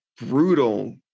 brutal